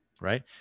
right